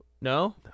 No